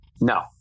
No